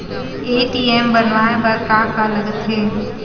ATM बनवाय बर का का लगथे?